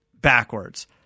backwards